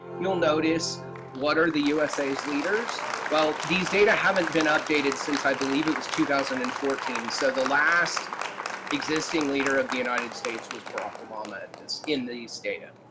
you'll notice what are the usa's leaders? well these data haven't been updated since i believe it was two thousand and fourteen, so the last existing leader of the united states was barack obama at this, in these data.